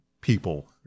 people